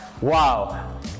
Wow